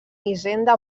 hisenda